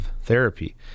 therapy